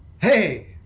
Hey